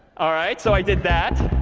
all right. so i did that.